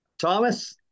Thomas